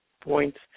Points